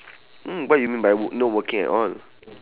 mm what you mean by w~ not working at all